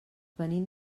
venim